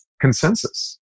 consensus